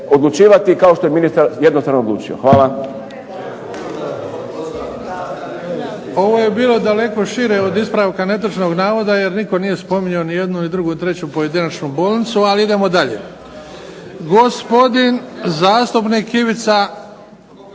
odlučivati kao što je ministar jednostrano odlučio. Hvala.